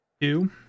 two